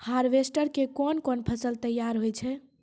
Harvester के कोन कोन फसल तैयार होय छै?